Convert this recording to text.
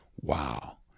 wow